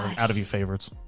out of your favorites.